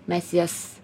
mes jas